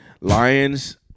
Lions